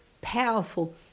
powerful